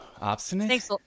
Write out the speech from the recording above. Obstinate